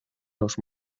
los